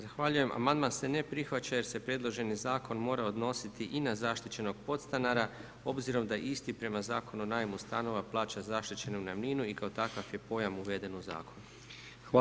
Zahvaljujem amandman se ne prihvaća jer se predloženi zakon mora odnositi i na zaštićenog podstanara, obzirom da isti prema Zakonu o najmu stanova plaća zaštićenu najamninu i kao takav je pojam uveden u zakon.